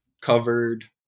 covered